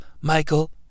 Michael